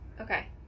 Okay